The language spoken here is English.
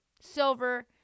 Silver